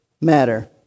matter